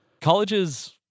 Colleges